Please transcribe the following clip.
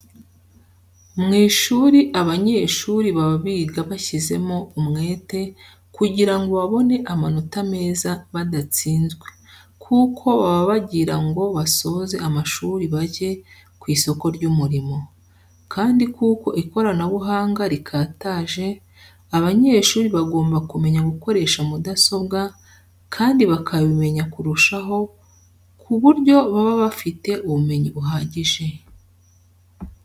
Mu ishuri abanyeshuri baba biga bashyizemo umwete kugira ngo babone amanota meza badatsinzwe, kuko baba bagira ngo basoze amashuri bajye ku isoko ry'umurimo. Kandi kuko ikoranabuhanga rikataje abanyeshuri bagomba kumenya gukoresha mudasobwa kandi bakabimenya kurushaho ku buryo baba bafite ubumenyi buhagije.